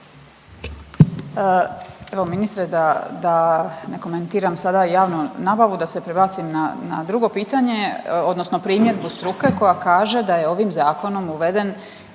Evo ministre da ne komentiram sada javnu nabavu da se prebacim na drugo pitanje odnosno primjedbu struke koja kaže da je ovim zakonom uveden